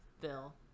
Bill